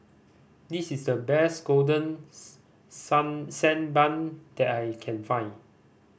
this is the best golden sun sand bun that I can find